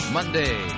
Monday